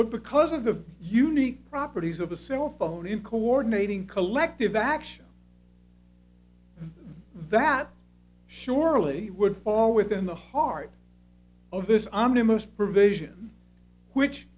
but because of the unique properties of a cellphone in coordinating collective action that surely would fall within the heart of this i'm to most provision which